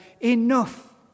enough